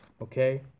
Okay